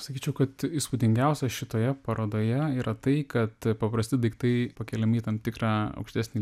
sakyčiau kad įspūdingiausia šitoje parodoje yra tai kad paprasti daiktai pakeliami į tam tikrą aukštesnį